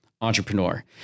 entrepreneur